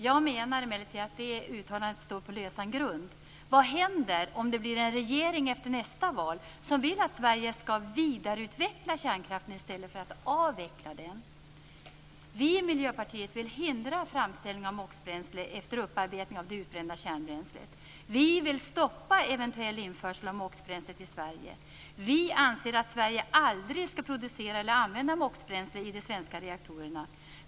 Jag menar emellertid att det uttalandet står på lösan grund. Vad händer om det blir en regering efter nästa val som vill att Sverige skall vidareutveckla kärnkraften i stället för att avveckla den? Vi i Miljöpartiet vill hindra framställning av MOX-bränsle efter upparbetning av det utbrända kärnbränslet. Vi vill stoppa eventuell införsel av MOX-bränsle till Sverige. Vi anser att Sverige aldrig skall producera eller använda MOX-bränsle i de svenska reaktorerna.